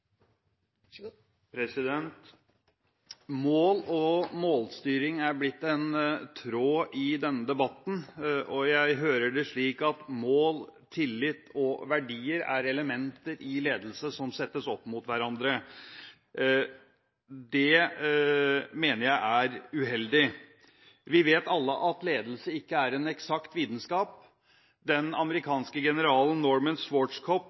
blitt en tråd i denne debatten, og jeg hører det slik at mål, tillit og verdier er elementer i ledelse som settes opp mot hverandre. Det mener jeg er uheldig. Vi vet alle at ledelse ikke er en eksakt vitenskap. Den